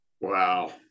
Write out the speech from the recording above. wow